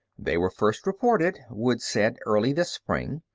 they were first reported, woods said, early this spring.